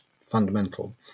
fundamental